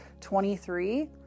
23